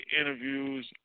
interviews